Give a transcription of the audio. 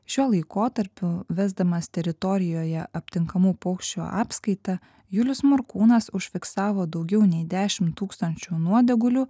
šiuo laikotarpiu vesdamas teritorijoje aptinkamų paukščių apskaitą julius morkūnas užfiksavo daugiau nei dešim tūkstančių nuodėgulių